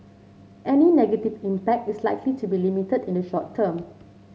any negative impact is likely to be limited in the short term